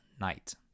night